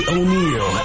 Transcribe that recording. O'Neill